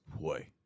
boy